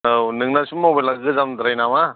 औ नोंनासो मबाइलया गोजामद्राय नामा